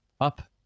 up